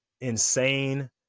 insane